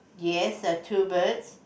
yes a two birds